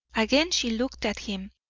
again she looked at him,